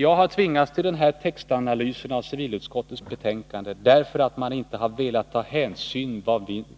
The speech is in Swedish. Jag har tvingats till denna textanalys av civilutskottets betänkande, därför att man inte har velat ta hänsyn